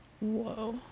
Whoa